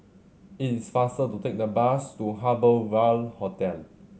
it is faster to take the bus to Harbour Ville Hotel